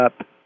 up